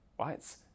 right